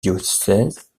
diocèse